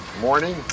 morning